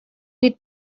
did